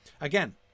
Again